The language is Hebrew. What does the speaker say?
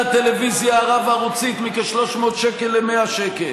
הטלוויזיה הרב-ערוצית מכ-300 שקל ל-100 שקל,